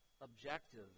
objective